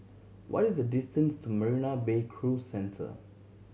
what is the distance to Marina Bay Cruise Centre